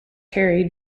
carey